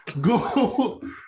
go